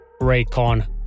raycon